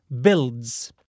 builds